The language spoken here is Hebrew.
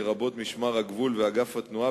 לרבות משמר הגבול ואגף התנועה,